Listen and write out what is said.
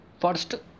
first